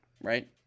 right